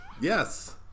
Yes